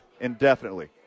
indefinitely